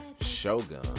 Shogun